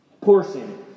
portion